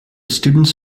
students